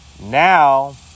Now